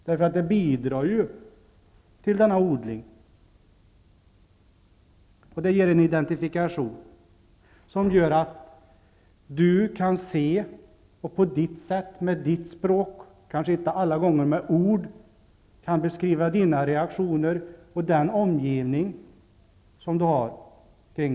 Språket bidrar till denna odling och ger en identifikation, som gör att du kan se och på ditt sätt, med ditt språk, kanske inte alla gånger med ord, beskriva dina reaktioner och din omgivning.